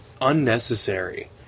unnecessary